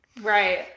Right